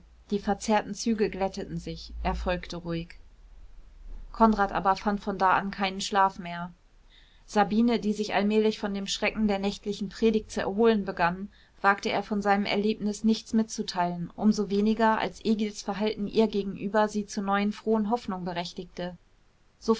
die verzerrten züge glätteten sich er folgte ruhig konrad aber fand von da an keinen schlaf mehr sabine die sich allmählich von dem schrecken der nächtlichen predigt zu erholen begann wagte er von seinem erlebnis nichts mitzuteilen um so weniger als egils verhalten ihr gegenüber sie zu neuen frohen hoffnungen berechtigte